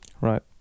Right